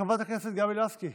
חברת הכנסת גבי לסקי